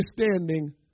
understanding